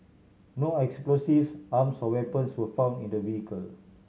no explosives arms or weapons were found in the vehicle